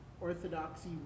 Orthodoxy